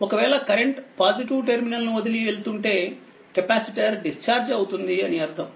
ఒకవేళ current positive terminal ను వదిలి వెళ్తుంటేకెపాసిటర్ డిశ్చార్జ్ అవుతుంది అని అర్థం